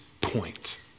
point